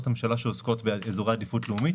ממשלה שעוסקות באזורי עדיפות לאומית,